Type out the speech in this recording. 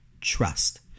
trust